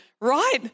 right